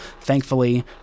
thankfully